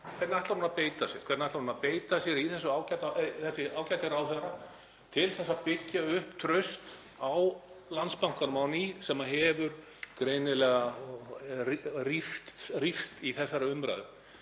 Hvernig ætlar hún að beita sér, þessi ágæti ráðherra, til þess að byggja upp traust á Landsbankanum á ný sem hefur greinilega rýrst í þessari umræðu?